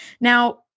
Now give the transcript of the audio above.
Now